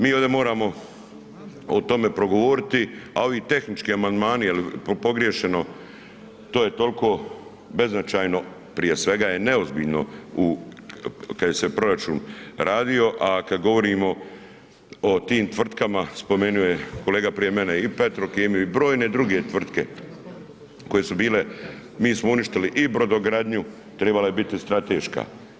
Mi ovdje moramo o tome progovoriti, a ovi tehnički amandmani jer je pogrešeno, to je toliko beznačajno, prije svega je neozbiljno u, kad se proračun radio, a kad govorimo o tim tvrtkama, spomenuo je kolega prije mene i Petrokemiju i brojne druge tvrtke koje su bile, mi smo uništili i brodogradnju, trebala je biti strateška.